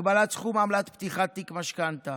הגבלת סכום עמלת פתיחת תיק משכנתה,